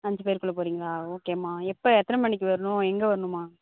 அஞ்சு பேருக்குள்ளே போகிறீங்களா ஓகேம்மா எப்போ எத்தனை மணிக்கு வரணும் எங்கே வரணும்மா